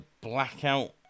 blackout